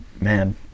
man